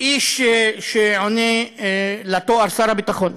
לאיש שעונה לתואר שר הביטחון.